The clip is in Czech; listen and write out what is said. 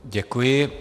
Děkuji.